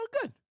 good